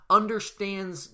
understands